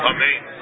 Amen